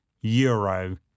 euro